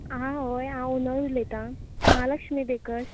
आं हय हांव उमा उलयतां म्हालक्ष्मी बेकर्स